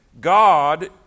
God